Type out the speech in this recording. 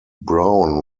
brown